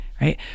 right